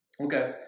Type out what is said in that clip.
Okay